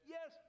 Yes